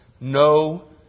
No